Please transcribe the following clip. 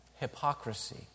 hypocrisy